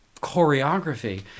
choreography